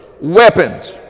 weapons